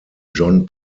john